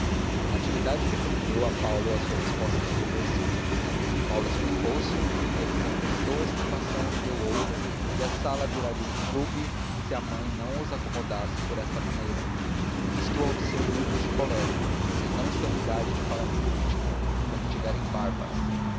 trono natividade repreendeu a paulo a sua resposta subversiva paulo explicou-se pedro contestou a explicação e deu outra e a sala viraria clube se a mãe não os acomodasse por esta maneira isto hão de ser grupos de colégio vocês não estão em idade de falar em política quando tiverem barbas